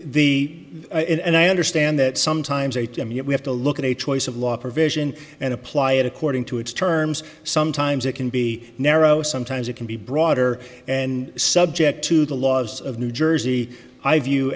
the and i understand that sometimes a t m you have to look at a choice of law provision and apply it according to its terms sometimes it can be narrow sometimes it can be broader and subject to the laws of new jersey i view